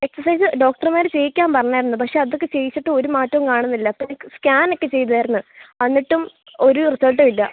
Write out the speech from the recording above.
exercise ഡോക്ടർമാർ ചെയ്യിക്കാൻ പറഞ്ഞിരുന്നു പക്ഷേ അതൊക്കെ ചെയ്യിച്ചിട്ടും ഒരു മാറ്റവും കാണുന്നില്ല അപ്പോൾ എനിക്ക് സ്കാനൊക്കെ ചെയ്തിരുന്നു എന്നിട്ടും ഒരു റിസൾട്ടും ഇല്ല